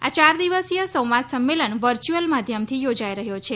આ ચાર દિવસીય સંવાદ સંમેલન વર્ચ્યુઅલ માધ્યમથી યોજાઈ રહ્યો છે